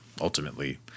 ultimately